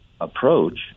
approach